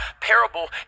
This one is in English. Parable